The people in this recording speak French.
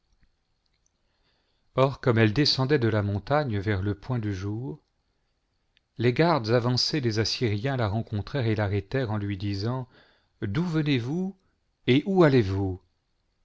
or comme elle descendait de la montagne vers le point du jour les gardes avancées des assyriens la rencontrèrent et l'arrêtèrent en lui disant d'où venez-vous et où allez-vous